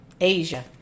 Asia